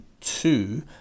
two